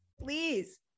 please